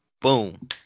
boom